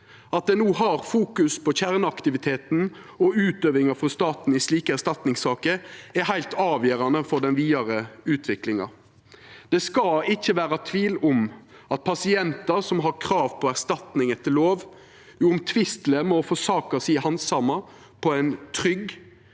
At ein no fokuserer på kjerneaktiviteten og utøvinga frå staten i slike erstatningssaker, er heilt avgjerande for den vidare utviklinga. Det skal ikkje vera tvil om at pasientar som har krav på erstatning etter lov, uomtvisteleg må få saka si handsama på ein trygg,